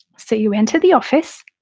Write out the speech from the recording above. so you enter the office,